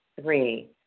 Three